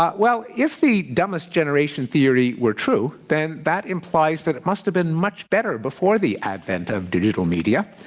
but well, if the dumbest generation theory were true, then that implies that it must have been much better before the advent of digital media,